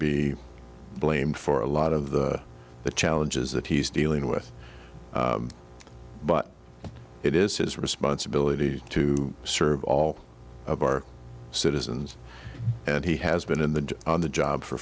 be blamed for a lot of the challenges that he's dealing with but it is his responsibility to serve all of our citizens and he has been in the on the job for